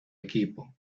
equipo